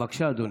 בבקשה, אדוני.